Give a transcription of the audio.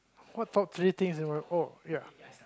what top three things in my oh ya